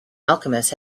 alchemist